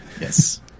yes